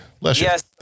Yes